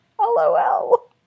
LOL